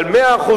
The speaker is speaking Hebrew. על 100%,